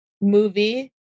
movie